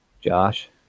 Josh